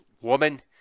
woman